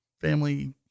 family